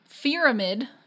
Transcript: pyramid